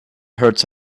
hurts